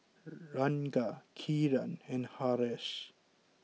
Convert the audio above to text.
Ranga Kiran and Haresh